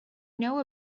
know